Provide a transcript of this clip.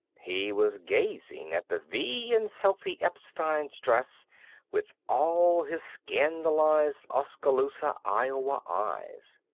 he was gazing at the v in sophy epstein's dress with all his scandalized oskaloosa, iowa, eyes.